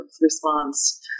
response